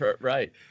right